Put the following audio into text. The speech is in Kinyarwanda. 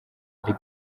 yari